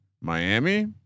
Miami